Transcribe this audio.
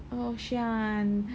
oh kasihan